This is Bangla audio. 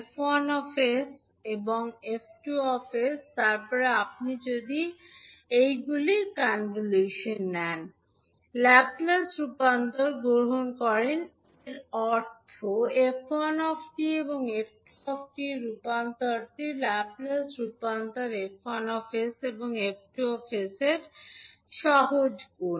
𝐹1 𝑠 এবং 𝐹2 𝑠 তারপর আপনি যদি এইগুলির কনভলিউশন নেন ল্যাপ্লেস রূপান্তর গ্রহণ করে এর অর্থ 𝑓1 𝑡 এবং 𝑓2 𝑡 এর রূপান্তরটির ল্যাপ্লেস রূপান্তরটি 𝐹1 𝑠 এবং 𝐹2 𝑠 এর সহজ গুণ